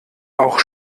auch